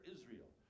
Israel